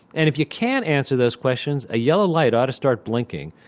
and if you can't answer those questions, a yellow light ought to start blinking,